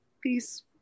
peace